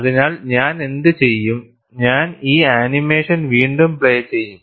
അതിനാൽ ഞാൻ എന്തുചെയ്യും ഞാൻ ഈ ആനിമേഷൻ വീണ്ടും പ്ലേ ചെയ്യും